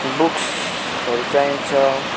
बुक्सहरू चाहिन्छ